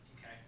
Okay